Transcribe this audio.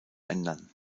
ändern